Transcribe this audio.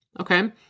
Okay